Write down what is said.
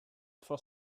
for